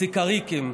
סיקריקים.